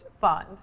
fun